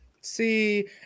See